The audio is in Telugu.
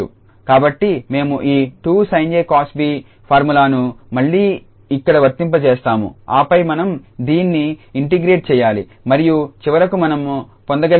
కాబట్టి మేము ఈ 2sin𝐴cos𝐵 ఫార్ములాను మళ్లీ ఇక్కడ వర్తింపజేస్తాము ఆపై మనం దీన్ని ఇంటిగ్రేట్ చేయాలి మరియు చివరకు మనం పొందగలిగేది కేవలం 12𝑡sin𝑡